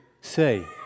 say